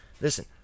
listen